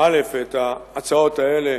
את ההצעות האלה